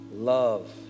Love